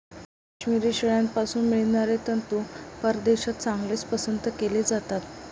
काश्मिरी शेळ्यांपासून मिळणारे तंतू परदेशात चांगलेच पसंत केले जातात